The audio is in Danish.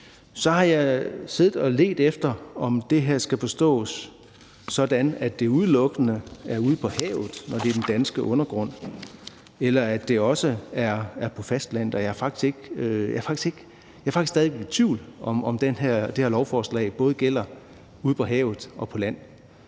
Så har jeg siddet og ledt efter, om det her skal forstås sådan, at det udelukkende er ude på havet, når det er den danske undergrund, eller om det også er på fastlandet. Jeg er faktisk stadig væk i tvivl, om det her lovforslag både gælder ude på havet og på land.